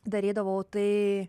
darydavau tai